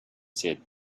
said